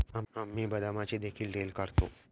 आम्ही बदामाचे देखील तेल काढतो